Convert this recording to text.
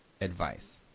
advice